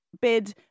bid